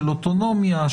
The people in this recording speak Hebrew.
של אוטונומיה,